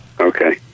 Okay